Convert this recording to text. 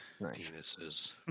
penises